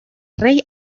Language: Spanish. rey